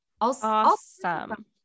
awesome